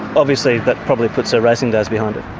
obviously that probably puts her racing days behind her?